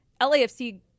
LAFC